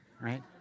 right